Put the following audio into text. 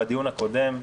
בדיון הקודם,